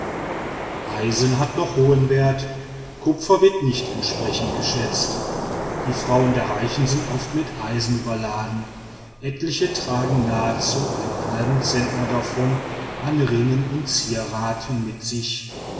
eisen hat noch hohen wert kupfer wird nicht entsprechend geschätzt die frauen der reichen sind oft mit eisen überladen etliche tragen nahezu einen halben zentner davon an ringen und zieraten mit sich